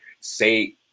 say